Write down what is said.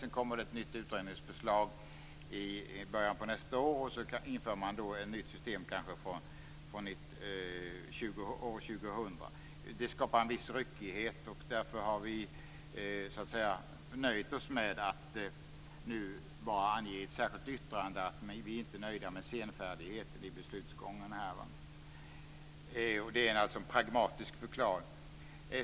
Sedan kommer det ett nytt utredningsförslag i början på nästa år, och man inför kanske ett nytt system från år 2000. Det skapar en viss ryckighet. Därför har vi nöjt oss med att bara ange i ett särskilt yttrande att vi inte är nöjda med senfärdigheten i beslutsgången här. Det är naturligtvis en pragmatisk förklaring.